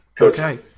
okay